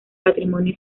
patrimonio